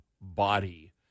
body